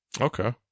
Okay